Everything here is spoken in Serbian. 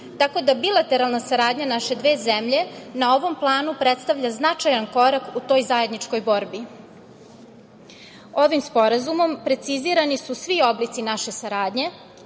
tako da bilateralna saradnja naše dve zemlje na ovom planu predstavlja značajan korak u toj zajedničkoj borbi. Ovim sporazumom precizirani su svi oblici naše saradnje,